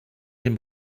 dem